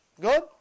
Good